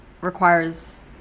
requires